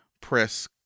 press